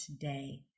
today